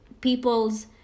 people's